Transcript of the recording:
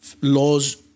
laws